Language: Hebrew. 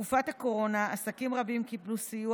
בתקופת הקורונה עסקים רבים קיבלו סיוע